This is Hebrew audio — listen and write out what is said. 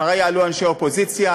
אחרי יעלו אנשי אופוזיציה,